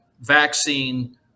vaccine